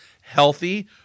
healthy